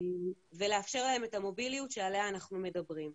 ולאפשר להם את המוביליות שעליה אנחנו מדברים.